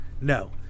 no